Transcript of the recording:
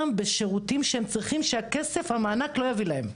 בשירותים שהם צריכים שהמענק לא יביא להם.